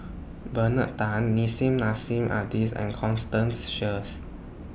Bernard Tan Nissim Nassim Adis and Constance Sheares